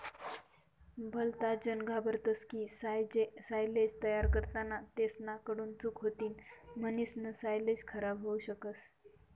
भलताजन घाबरतस की सायलेज तयार करताना तेसना कडून चूक होतीन म्हणीसन सायलेज खराब होवू शकस